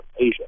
Asia